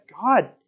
God